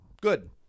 Good